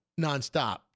nonstop